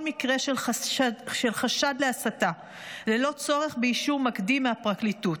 מקרה של חשד להסתה ללא צורך באישור מקדים מהפרקליטות.